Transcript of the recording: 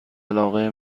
علاقه